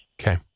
Okay